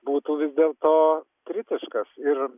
būtų vis dėlto kritiškas ir